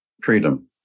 Freedom